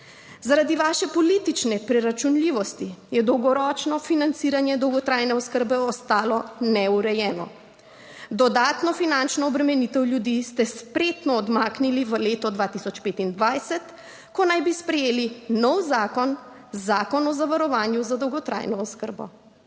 zaradi vaše politične preračunljivosti je dolgoročno financiranje dolgotrajne oskrbe ostalo neurejeno. Dodatno finančno obremenitev ljudi ste spretno odmaknili v leto 2025, ko naj bi sprejeli nov zakon, zakon o zavarovanju za dolgotrajno oskrbo.